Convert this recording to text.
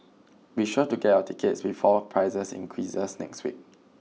be sure to get your tickets before prices increase next week